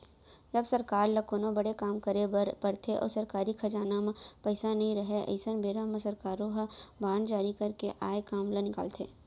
जब सरकार ल कोनो बड़े काम करे बर परथे अउ सरकारी खजाना म पइसा नइ रहय अइसन बेरा म सरकारो ह बांड जारी करके आए काम ल निकालथे